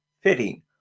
fitting